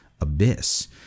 abyss